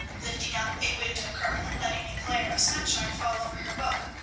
lifting up a window curtain and letting a glare of sunshine fall over her book,